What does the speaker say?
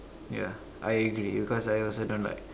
ya I agree because I also don't like